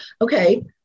okay